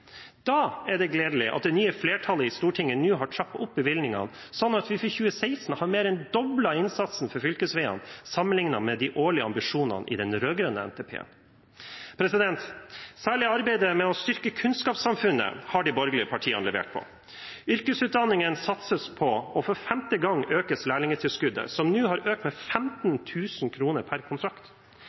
Da er det gledelig at det nye flertallet i Stortinget nå har trappet opp bevilgningene, slik at vi for 2016 har mer enn doblet innsatsen på fylkesveiene sammenliknet med de årlige ambisjonene i den rød-grønne NTP-en. Særlig arbeidet med å styrke kunnskapssamfunnet har de borgerlige partiene levert på. Det satses på yrkesutdanningen, og for femte gang økes lærlingtilskuddet, som nå har økt med 15 000 kr per kontrakt.